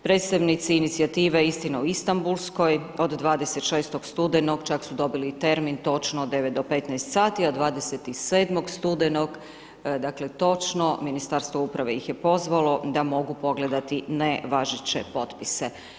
Predstavnici inicijative „Istina o Istanbulskoj“ od 26. studenog čak su dobili i termin točno od 9 do 15 sati a 27. studenog dakle točno Ministarstvo uprave ih je pozvalo da mogu pogledati nevažeće potpise.